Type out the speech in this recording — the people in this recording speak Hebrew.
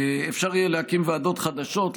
אפשר יהיה להקים ועדות חדשות,